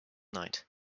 night